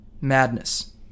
Madness